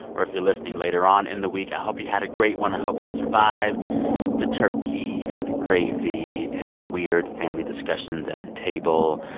or, if you're listening later on in the week, i hope you had a great one. i hope you survived the turkey and the gravy and the weird family discussions at the table.